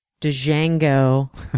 django